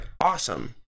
awesome